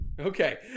okay